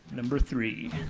number three.